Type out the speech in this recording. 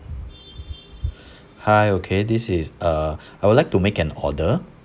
hi okay this is uh I would like to make an order